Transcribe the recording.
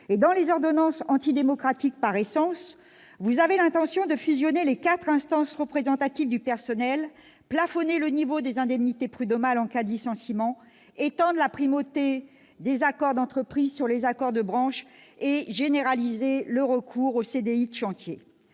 ... Dans les ordonnances, antidémocratiques par essence, vous avez l'intention de fusionner les quatre instances représentatives du personnel, de plafonner le niveau des indemnités prud'homales en cas de licenciement, d'étendre la primauté des accords d'entreprises sur les accords de branches et de généraliser le recours aux CDI de chantier.